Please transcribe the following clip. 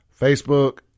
Facebook